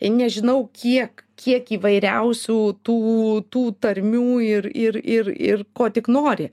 nežinau kiek kiek įvairiausių tų tų tarmių ir ir ir ir ko tik nori